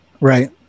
Right